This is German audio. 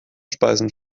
speisen